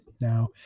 Now